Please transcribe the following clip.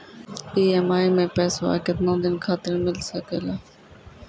EMI मैं पैसवा केतना दिन खातिर मिल सके ला?